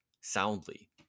soundly